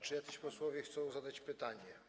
Czy jacyś posłowie chcą zadać pytania?